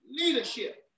leadership